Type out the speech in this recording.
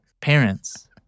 parents